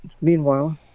meanwhile